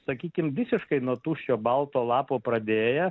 sakykim visiškai nuo tuščio balto lapo pradėję